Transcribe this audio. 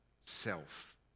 self